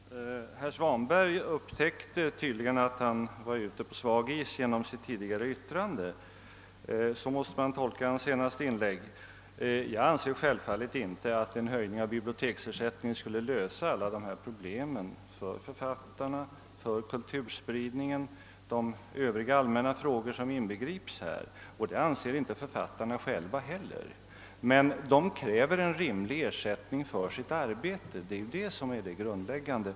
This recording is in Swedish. Herr talman! Herr Svanberg upptäckte tydligen att han var ute på svag is genom sitt tidigare yttrande. Så måste man tolka hans senaste inlägg. Jag anser självfallet inte att en höjning av biblioteksersättningen skulle lösa alla problem för författarna, för kulturspridningen och vad beträffar övriga allmänna frågor som inbegrips här, och det anser inte heller författarna själva. Men de kräver en rimlig ersättning för sitt arbete. Det är ju detta som är det grundläggande.